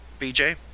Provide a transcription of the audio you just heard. BJ